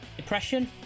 depression